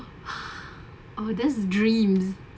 oh that's dreams